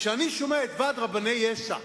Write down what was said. כשאני שומע את ועד רבני יש"ע